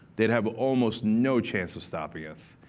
they'd have almost no chance of stopping us.